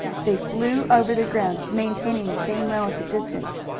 they flew over the ground, maintaining the same relative distance.